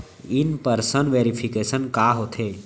In person verification का होथे?